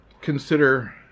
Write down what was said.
consider